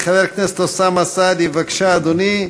חבר הכנסת אוסאמה סעדי, בבקשה, אדוני.